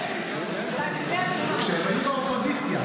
--- כשהם היו באופוזיציה.